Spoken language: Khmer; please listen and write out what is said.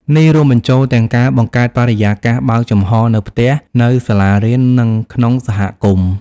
នេះរួមបញ្ចូលទាំងការបង្កើតបរិយាកាសបើកចំហរនៅផ្ទះ នៅសាលារៀន និងក្នុងសហគមន៍។